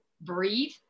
breathe